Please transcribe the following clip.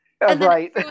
right